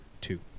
two